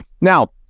now